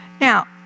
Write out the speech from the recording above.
Now